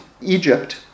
Egypt